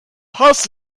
posse